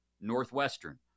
Northwestern